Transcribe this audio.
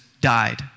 died